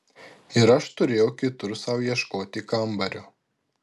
ir aš turėjau kitur sau ieškoti kambario